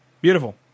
Beautiful